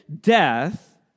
death